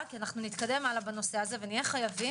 כי אנחנו נתקדם הלאה בנושא הזה ואנחנו נהיה חייבים,